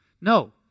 No